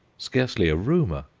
scarcely a rumour,